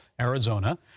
Arizona